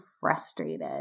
frustrated